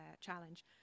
challenge